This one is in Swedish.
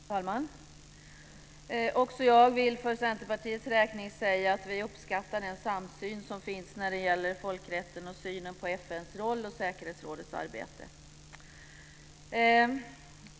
Herr talman! Också jag vill för Centerpartiets räkning säga att vi uppskattar den samsyn som finns när det gäller folkrätten och synen på FN:s roll och säkerhetsrådets arbete.